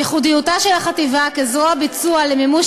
ייחודיותה של החטיבה כזרוע ביצוע למימוש